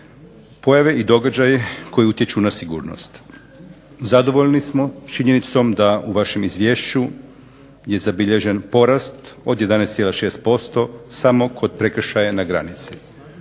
Pojave i događaji koji utječu na sigurnost. Zadovoljni smo sa činjenicom da u vašem izvješću je zabilježen porast od 11,6% samo kod prekršaja na granici